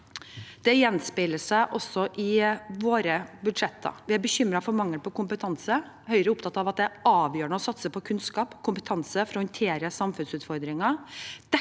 Det gjenspeiler seg også i våre budsjetter. Vi er bekymret for mangel på kompetanse. Høyre er opptatt av at det er avgjørende å satse på kunnskap og kompetanse for å håndtere samfunnsutfordringene,